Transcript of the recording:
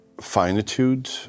finitude